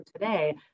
today